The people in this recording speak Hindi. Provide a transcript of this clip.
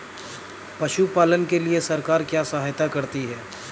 पशु पालन के लिए सरकार क्या सहायता करती है?